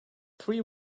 three